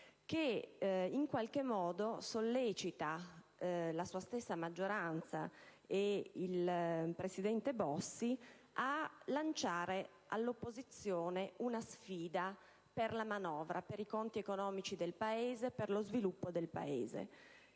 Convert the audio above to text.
Pisanu, che sollecita la sua stessa maggioranza e il presidente Bossi a lanciare all'opposizione una sfida per la manovra, per i conti economici e per lo sviluppo del Paese.